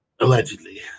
Allegedly